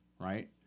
right